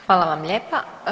Hvala vam lijepa.